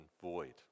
void